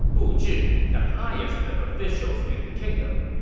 bu zhi the highest of officials in the kingdom.